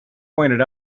pointed